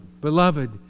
Beloved